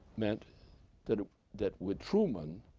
meant that that with truman,